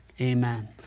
amen